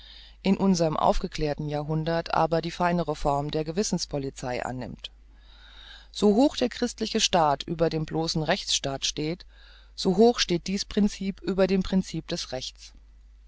in unserm aufgeklärten jahrhundert aber die feinere form der gewissenspolizei annimmt so hoch der christliche staat über dem bloßen rechtsstaat steht so hoch steht dies princip über dem princip des rechts